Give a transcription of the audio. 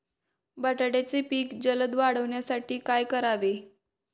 बटाट्याचे पीक जलद वाढवण्यासाठी काय करावे?